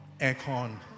aircon